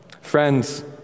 Friends